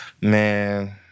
man